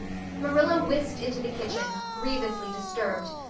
marilla whisked into the kitchen, grievously disturbed,